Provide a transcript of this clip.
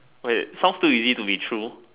okay sounds too easy to be true